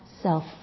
self